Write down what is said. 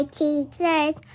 teachers